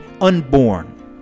unborn